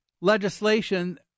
legislation